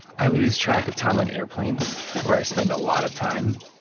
i lose track of time on airplanes where i spend a lot of time.